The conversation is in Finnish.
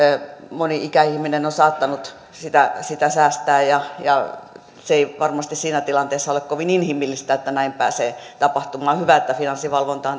moni ikäihminen on saattanut säästää ja ja ei varmasti siinä tilanteessa ole kovin inhimillistä että näin pääsee tapahtumaan on hyvä että finanssivalvonta on